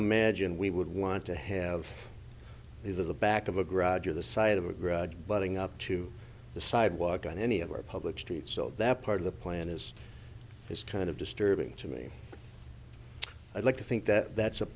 imagine we would want to have these of the back of a grudge or the side of a grudge butting up to the sidewalk on any of our public streets so that part of the plan is it's kind of disturbing to me i'd like to think that that's